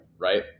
right